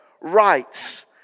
rights